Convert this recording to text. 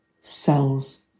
cells